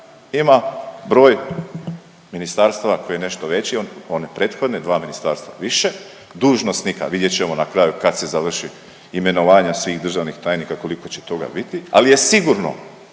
Ima broj ministarstava koji je nešto veći od one prethodne dva ministarstva više, dužnosnika vidjet ćemo na kraju kad se završi imenovanja svih državnih tajnika koliko će toga biti, ali je sigurno